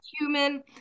human